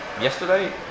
yesterday